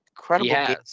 Incredible